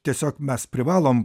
tiesiog mes privalom